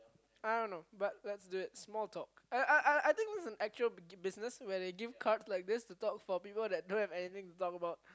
I don't know but lets do it small talk uh uh uh I think it's actual business when they give cards like these for people who don't have anything to talk about